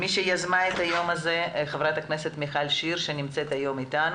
מי שיזמה את היום הזה היא ח"כ מיכל שיר שנמצאת איתנו,